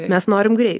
mes norim greit